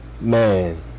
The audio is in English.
Man